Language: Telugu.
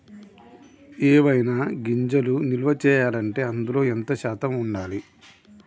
ఏవైనా గింజలు నిల్వ చేయాలంటే అందులో ఎంత శాతం ఉండాలి?